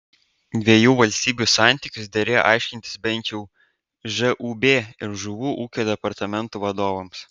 dviejų valstybių santykius derėjo aiškintis bent jau žūb ir žuvų ūkio departamento vadovams